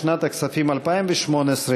לשנת הכספים 2018,